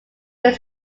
used